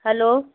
hello